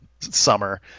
summer